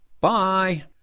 Bye